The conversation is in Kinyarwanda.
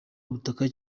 ubutaka